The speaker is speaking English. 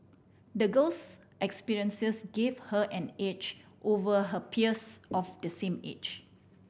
the girl's experiences gave her an edge over her peers of the same age